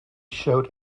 showed